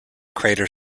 crater